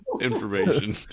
information